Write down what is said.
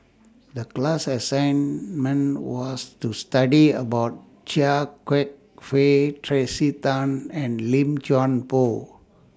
The class assignment was to study about Chia Kwek Fah Tracey Tan and Lim Chuan Poh